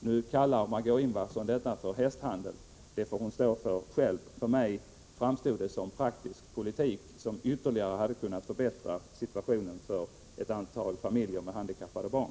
Nu kallar Margö Ingvardsson detta för hästhandel. Det uttalandet får hon stå för, för mig framstår förslaget som praktisk politik som ytterligare kan förbättra situationen för ett antal familjer med handikappade barn.